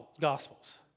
Gospels